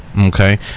okay